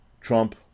Trump